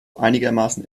einigermaßen